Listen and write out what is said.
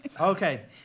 Okay